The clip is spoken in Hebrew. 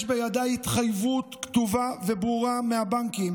יש בידיי התחייבות כתובה וברורה מהבנקים